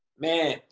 Man